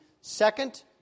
second